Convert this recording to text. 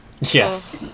Yes